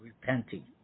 repenting